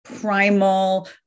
primal